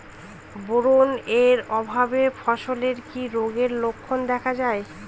Boron এর অভাবে ফসলে কি রোগের লক্ষণ দেখা যায়?